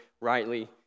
rightly